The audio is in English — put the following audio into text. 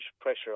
pressure